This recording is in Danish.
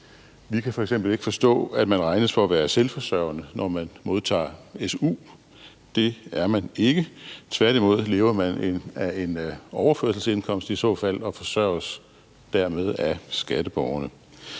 Vi kan f.eks. ikke forstå, at man regnes for at være selvforsørgende, når man modtager su. Det er man ikke; tværtimod lever man i så fald af en overførselsindkomst og forsørges dermed af skatteborgerne.